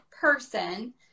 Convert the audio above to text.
person